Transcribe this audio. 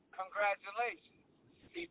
congratulations